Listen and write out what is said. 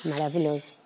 Maravilhoso